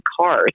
cars